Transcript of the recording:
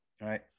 Right